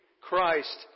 Christ